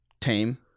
tame